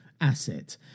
asset